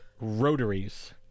rotaries